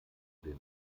den